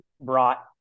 brought